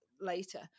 later